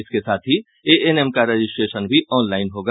इसके साथ ही एएनएम का रजिस्ट्रेशन भी ऑनलाईन होगा